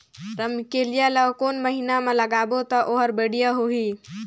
रमकेलिया ला कोन महीना मा लगाबो ता ओहार बेडिया होही?